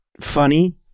funny